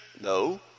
No